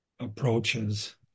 approaches